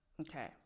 okay